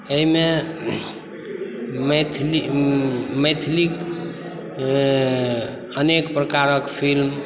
एहिमे मैथिली मैथिलीक अनेक प्रकारक फिल्म